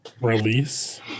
Release